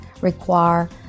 require